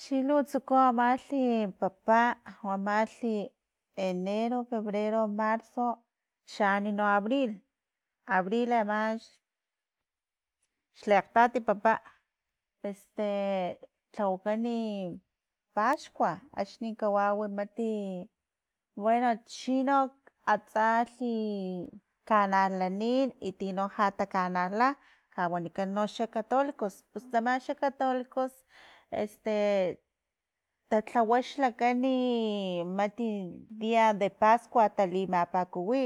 Chilu tsuku amalhi papa, amalhi enero, febrero, marzo, chani no abril, abril no ama x- xle akgtati papa, e tlawakini paxkua axni kawai matibuena chi no atsalhi kanalanin i tino lha takanala kawanikan noxa xa catolicos pus tsamaxa katolicos tatlawa xlakan ni i mati dia de paskua talimapakuwi